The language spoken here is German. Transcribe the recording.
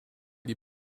die